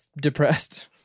depressed